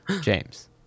james